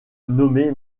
nommée